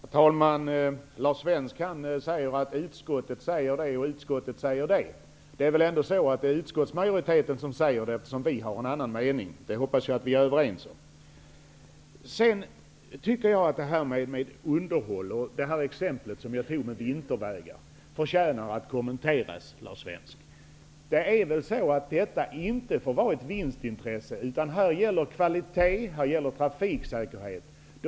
Herr talman! Lars Svensk säger att utskottet säger det och utskottet säger det. Det är väl ändå utskottsmajoriteten som säger det, eftersom vi socialdemokrater har en annan mening? Det hoppas jag att vi är överens om. Jag tycker att det exempel som jag anförde om underhåll av vintervägar förtjänar att kommenteras, Lars Svensk. Har jag inte rätt i att detta inte får vara ett vinstintresse utan att kvalitet och trafiksäkerhet här skall gälla?